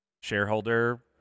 shareholder